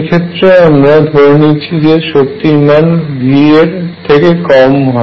এক্ষেত্রে আমরা ধরে নিচ্ছি যে শক্তির মান V এর থেকে কম হয়